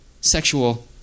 sexual